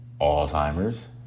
Alzheimer's